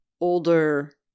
older